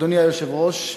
אדוני היושב-ראש,